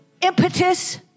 impetus